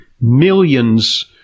millions